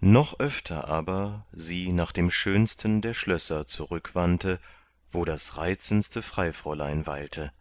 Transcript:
noch öfter aber sie nach dem schönsten der schlösser zurückwandte wo das reizendste freifräulein weilte